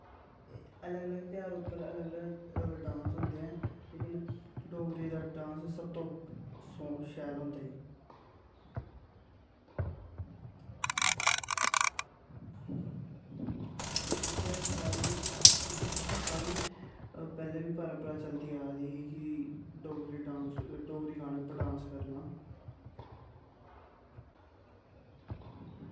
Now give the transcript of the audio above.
ते अलग अलग ध्याह्र उप्पर अलग अलग डांस होंदे ऐ लेकिन डोगरी दा डांस सब तो सो शैल होंदा ई ते इत्थें साढ़ी इत्थें सारी पैह्लें बी परंपरा चलदी आ दी ही कि डोगरी डांस डोगरी गाने उप्पर डांस करना